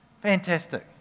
Fantastic